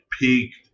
peaked